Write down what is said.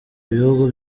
ibihugu